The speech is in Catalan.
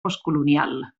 postcolonial